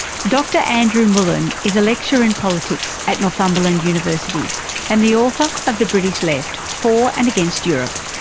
dr andrew mullen is a lecturer in politics at northumberland university and the author of the british left for and against europe?